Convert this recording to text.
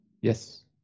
Yes